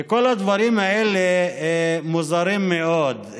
וכל הדברים האלה מוזרים מאוד.